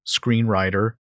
screenwriter